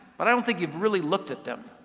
but i don't think you've really looked at them.